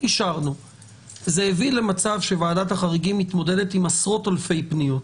זה הוביל למצב שוועדת החריגים מתמודדת עם עשרות אלפי פניות.